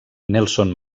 nelson